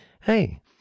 hey